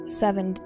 seven